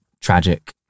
tragic